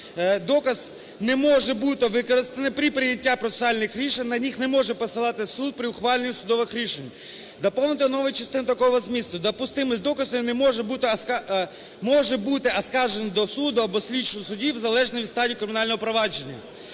доказ, не може бути використаний при прийнятті процесуальних рішень, на них не може посилатись суд при ухваленні судових рішень". Доповнити новою частиною такого змісту: "Допустимість доказів може бути оскаржено до суду або слідчого судді в залежності від стадії кримінального провадження".